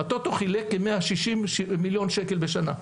ה"טוטו" חילק 160 מיליון שקל בשנה.